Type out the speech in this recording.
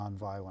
nonviolent